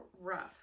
rough